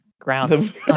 ground